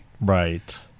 Right